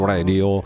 Radio